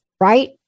right